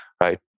right